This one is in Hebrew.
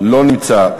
לא נמצא.